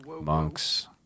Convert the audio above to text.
monks